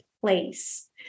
place